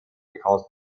because